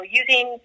using